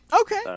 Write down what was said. Okay